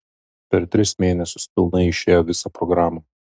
per tris mėnesius pilnai išėjo visą programą